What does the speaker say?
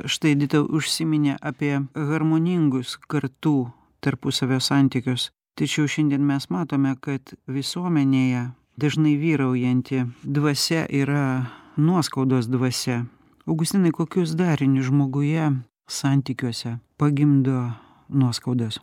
štai edita užsiminė apie harmoningus kartų tarpusavio santykius tačiau šiandien mes matome kad visuomenėje dažnai vyraujanti dvasia yra nuoskaudos dvasia augustinai kokius darinius žmoguje santykiuose pagimdo nuoskaudos